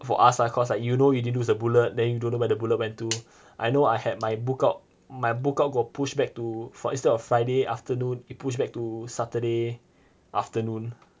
for us lah cause like you know you didn't lose the bullet then you don't know where the bullet went to I know I had my book out my book out got pushed back to for instead of friday afternoon it pushed back to saturday afternoon